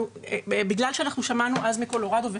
בגלל שאנחנו שמענו אז מקולורדו,